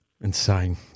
Insane